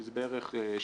שזה בערך 60%,